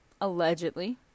allegedly